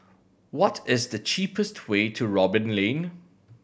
what is the cheapest way to Robin Lane